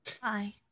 Hi